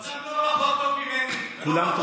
הוא אדם לא פחות טוב ממני, כולם טובים.